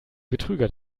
betrüger